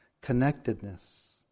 connectedness